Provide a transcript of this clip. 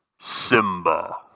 Simba